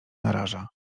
naraża